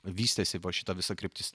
vystėsi va šita visa kryptis